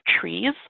trees